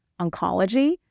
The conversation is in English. oncology